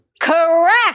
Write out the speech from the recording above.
Correct